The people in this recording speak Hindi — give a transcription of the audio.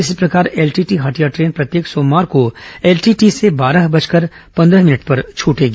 इसी प्रकार एलटीटी हटिया ट्रेन प्रत्येक सोमवार को एलटीटी से बारह बजकर पंद्रह मिनट पर छूटेगी